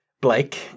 blake